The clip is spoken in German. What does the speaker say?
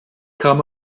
kann